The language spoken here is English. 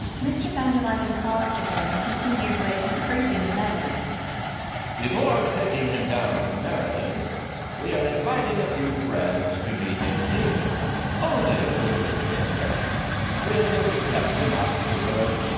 mr. van der luyden paused again, and continued with increasing benevolence before taking him down to maryland we are inviting a few friends to meet him here only a little dinner with a reception afterward.